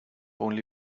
only